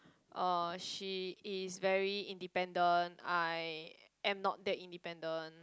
uh she is very independent I am not that independent